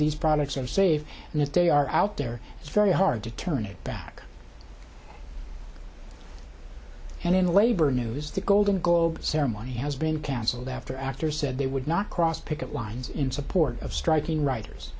these products are safe and if they are out there it's very hard to turn it back and in labor news the golden globe ceremony has been canceled after actors said they would not cross picket lines in support of striking writers